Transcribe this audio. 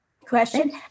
question